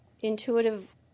intuitive